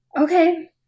Okay